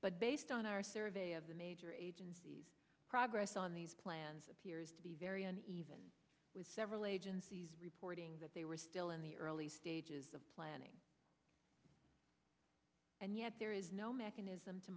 but based on our survey of the major agencies progress on these plans appears to be very uneven with several agencies reporting that they were still in the early stages of planning and yet there is no mechanism to